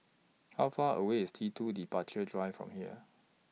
How Far away IS T two Departure Drive from here